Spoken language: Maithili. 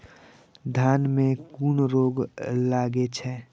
धान में कुन रोग लागे छै?